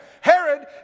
Herod